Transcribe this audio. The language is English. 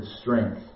strength